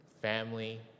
family